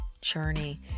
journey